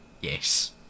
Yes